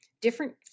different